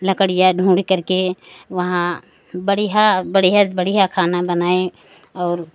लड़कियाँ ढूंढ़ी करके वहाँ बढ़िया बढ़िया बढ़िया खाना बनाए और